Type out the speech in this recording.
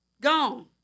gone